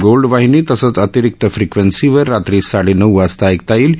gold वाहिनी तसंच अतिरिक्त फ्रिक्वन्सीवर रात्री साडे नऊ वाजता ऐकता येईल